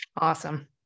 awesome